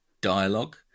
dialogue